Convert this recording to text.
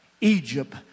Egypt